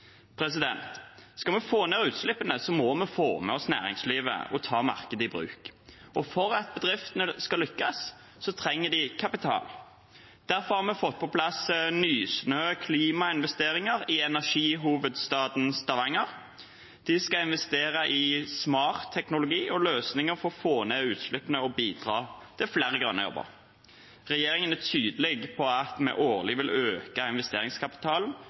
Skal vi få ned utslippene, må vi få med oss næringslivet og ta markedet i bruk, og for at bedriftene skal lykkes, trenger de kapital. Derfor har vi fått på plass Nysnø Klimainvesteringer i energihovedstaden Stavanger. De skal investere i smart teknologi og løsninger for å få ned utslippene og bidra til flere grønne jobber. Regjeringen er tydelig på at vi årlig vil øke investeringskapitalen,